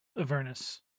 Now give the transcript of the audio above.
Avernus